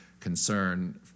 concern